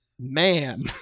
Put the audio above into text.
man